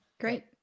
Great